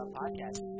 podcast